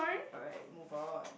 alright move on